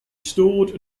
stored